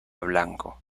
blanco